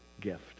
gift